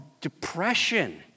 depression